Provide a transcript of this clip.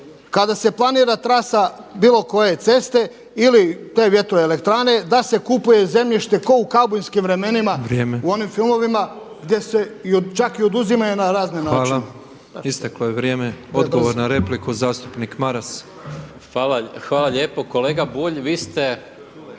kada se planira trasa bilo koje ceste ili te vjetroelektrane da se kupuje zemljište kao u kaubojskim vremenima, u onim filmovima gdje se čak i oduzimaju na razne načine. **Petrov, Božo (MOST)** Hvala. Isteklo je vrijeme. Odgovor na repliku zastupnik Maras. **Maras, Gordan